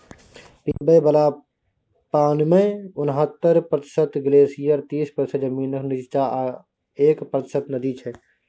पीबय बला पानिमे उनहत्तर प्रतिशत ग्लेसियर तीस प्रतिशत जमीनक नीच्चाँ आ एक प्रतिशत नदी छै